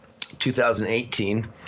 2018